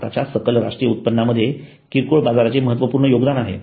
भारताच्या सकल राष्ट्रीय उत्पन्नामध्ये किरकोळ बाजाराचे महत्त्वपूर्ण योगदान आहे